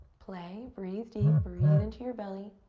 play, breathe deep. breathe into your belly.